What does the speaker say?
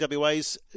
WA's